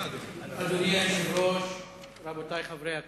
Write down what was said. אדוני היושב-ראש, רבותי חברי הכנסת,